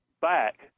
back